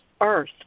earth